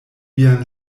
vian